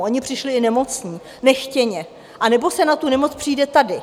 Oni přišli i nemocní, nechtěně, anebo se na tu nemoc přijde tady.